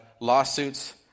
lawsuits